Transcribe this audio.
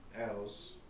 else